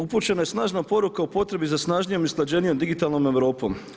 Upućena je snažna poruka o potrebi za snažnijom i usklađenijom digitalnom Europom.